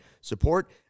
support